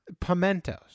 pimentos